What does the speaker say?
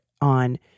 on